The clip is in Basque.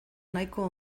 nahiko